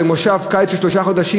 במושב קיץ של שלושה חודשים.